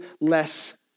less